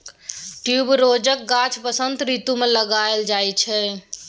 ट्युबरोजक गाछ बसंत रितु मे लगाएल जाइ छै